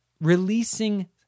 releasing